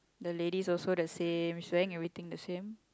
the ladies also the same she's wearing everything the same